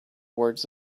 words